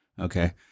Okay